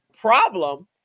problem